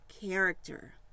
character